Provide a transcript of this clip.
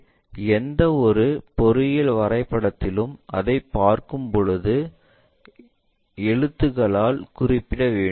எனவே எந்தவொரு பொறியியல் வரைபடத்திலும் அதைப் பார்க்கும்போது எழுத்துக்களால் குறிப்பிட வேண்டும்